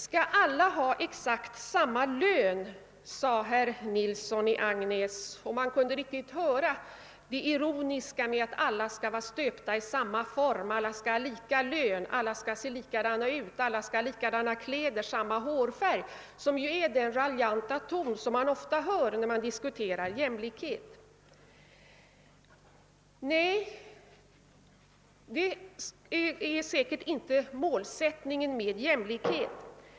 Skall alla ha exakt samma lön? frågade herr Nilsson i Agnäs. Man kunde riktigt höra det ironiska — alla skall vara stöpta i samma form, alla skall ha lika lön, alla skall se likadana ut, alla skall ha likadana kläder, alla skall ha samma hårfärg. Det är den raljanta ton som ofta anslås när jämlikheten diskuteras. Men detta är inte målsättningen för jämlikheten.